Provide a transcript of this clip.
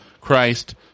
Christ